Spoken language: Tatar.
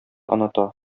оныта